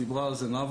עליו דיברה נאוה.